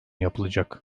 yapılacak